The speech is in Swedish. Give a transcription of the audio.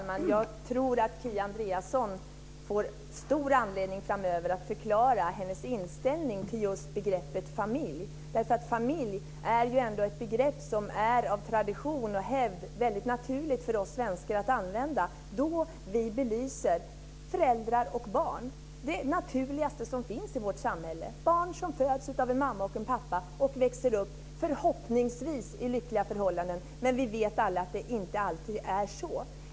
Fru talman! Jag tror att Kia Andreasson framöver verkligen får anledning att förklara sin inställning till just begreppet familj. Familjen är ändå ett begrepp som det för oss svenskar, av tradition och hävd, är väldigt naturligt att använda då vi belyser detta med föräldrar och barn. Det är ju fråga om det naturligaste som finns i vårt samhälle - om barn som föds av en mamma och en pappa och växer upp, förhoppningsvis i lyckliga förhållanden. Men vi vet alla att det inte alltid är så.